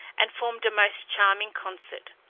and formed a most charming concert.